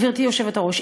גברתי היושבת-ראש,